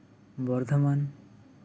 Bardhaman